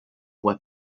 were